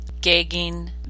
gagging